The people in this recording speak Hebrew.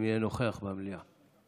אם יהיה נוכח במליאה.